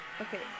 Okay